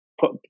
put